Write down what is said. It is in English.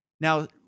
Now